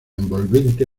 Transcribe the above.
envolvente